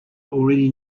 already